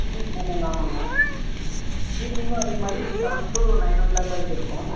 மூ ஆமாங்க ஆமாங்க ஈவினிங்கும் அதேமாதிரி seven to nine o'clock வரைக்கும் இருக்கும்